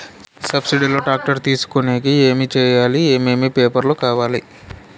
Subsidy లో tractor తీసుకొనేకి ఏమి చేయాలి? ఏమేమి పేపర్లు కావాలి?